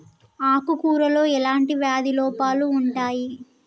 ఆకు కూరలో ఎలాంటి వ్యాధి లోపాలు ఉంటాయి?